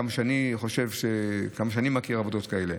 עד כמה שאני מכיר עבודות כאלה.